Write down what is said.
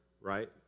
right